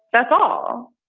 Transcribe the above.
that's all